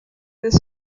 this